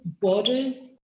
borders